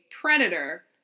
predator